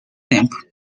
tempo